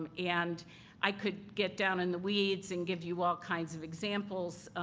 um and i could get down in the weeds and give you all kinds of examples.